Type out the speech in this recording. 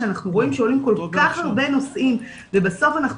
שאנחנו רואים שעולים כל-כך הרבה נושאים ובסוף אנחנו